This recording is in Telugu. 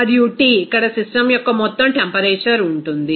మరియు t ఇక్కడ సిస్టమ్ యొక్క మొత్తం టెంపరేచర్ ఉంటుంది